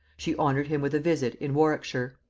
she honored him with a visit in warwickshire.